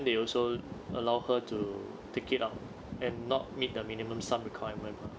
they also allow her to take it out and not meet the minimum sum requirement